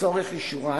לצורך אישורן,